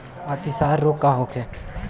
अतिसार रोग का होखे?